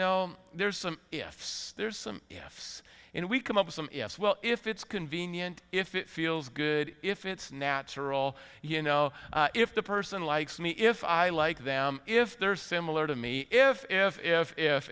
know there's some ifs there's some yes in we come up with some yes well if it's convenient if it feels good if it's natural you know if the person likes me if i like them if they're similar to me if